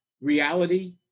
reality